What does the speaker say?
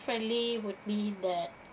friendly would mean that